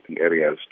areas